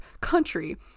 country